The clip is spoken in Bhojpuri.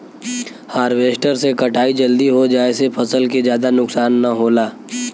हारवेस्टर से कटाई जल्दी हो जाये से फसल के जादा नुकसान न होला